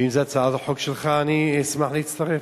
ואם זו הצעת חוק שלך אני אשמח להצטרף.